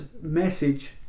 message